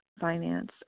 finance